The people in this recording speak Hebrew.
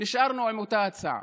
נשארנו עם אותה הצעה.